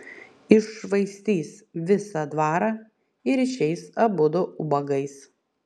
iššvaistys visą dvarą ir išeis abudu ubagais